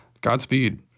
Godspeed